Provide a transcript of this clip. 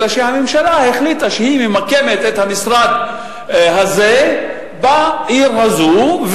אלא הממשלה החליטה שהיא ממקמת את המשרד הזה בעיר הזו,